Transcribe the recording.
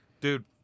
Dude